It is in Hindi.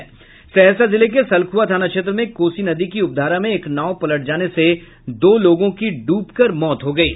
सहरसा जिले के सलखुआ थाना क्षेत्र में कोसी नदी की उपधारा में एक नाव पलट जाने से दो लोगों की डूबकर मौत हो गयी